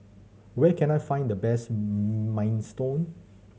where can I find the best Minestrone